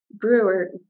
Brewer